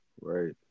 right